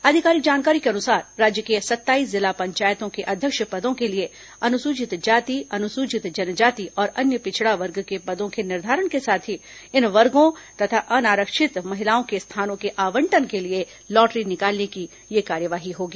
आधिकारिक जानकारी के अनुसार राज्य के सत्ताईस जिला पंचायतों के अध्यक्ष पदों के लिए अनुसूचित जाति अनुसूचित जनजाति और अन्य पिछड़ा वर्ग के पदों के निर्धारण के साथ ही इन वर्गो तथा अनारक्षित महिलाओं के स्थानों के आवंटन के लिए लॉटरी निकालने की यह कार्यवाही होगी